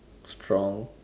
strong